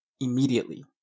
immediately